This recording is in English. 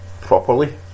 properly